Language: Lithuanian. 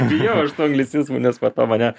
bijau aš tų anglicizmų nes po to mane